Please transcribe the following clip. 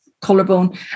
Collarbone